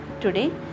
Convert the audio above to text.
Today